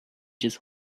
just